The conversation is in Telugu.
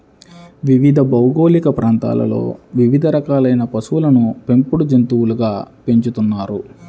వివిధ భౌగోళిక ప్రాంతాలలో వివిధ రకాలైన పశువులను పెంపుడు జంతువులుగా పెంచుతున్నారు